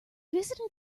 visited